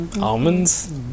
Almonds